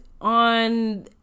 on